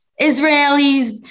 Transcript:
Israelis